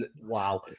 Wow